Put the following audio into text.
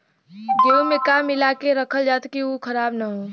गेहूँ में का मिलाके रखल जाता कि उ खराब न हो?